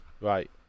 Right